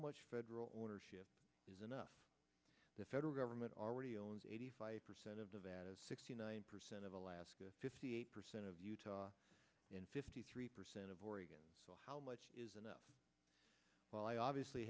much federal is enough the federal government already owns eighty five percent of the that is sixty nine percent of alaska fifty eight percent of utah and fifty three percent of oregon so how much is enough well i obviously